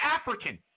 African